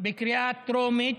בקריאה טרומית.